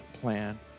plan